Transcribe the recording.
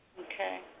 Okay